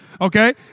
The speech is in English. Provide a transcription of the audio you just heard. Okay